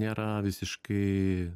nėra visiškai